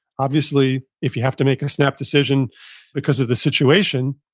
obviously, if you have to make a snap decision because of the situation,